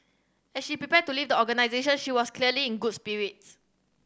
as she prepared to leave the organisation she was clearly in good spirits